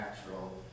natural